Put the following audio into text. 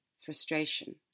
frustration